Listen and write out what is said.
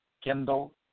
Kindle